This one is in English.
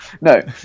No